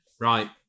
Right